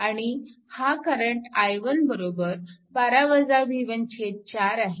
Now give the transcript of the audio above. आणि हा current i1 4 आहे